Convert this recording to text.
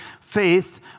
faith